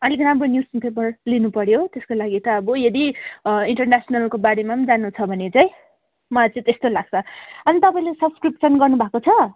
अलिक राम्रो newspaper लिनु पऱ्यो त्यसको लागि त अब यदि इन्टरनेसनलको बारेमा पनि जान्नु छ भने चाहिँ मलाई चाहिँ त्यस्तो लाग्छ अनि तपाईँले सब्सक्रिप्सन गर्नु भएको छ